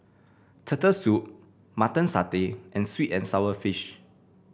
Turtle Soup Mutton Satay and sweet and sour fish